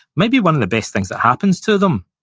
may be one of the best things that happens to them,